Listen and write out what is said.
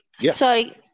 Sorry